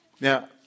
Now